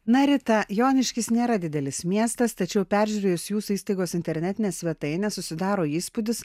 na rita joniškis nėra didelis miestas tačiau peržiūrėjus jūsų įstaigos internetinę svetainę susidaro įspūdis